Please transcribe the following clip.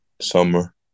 summer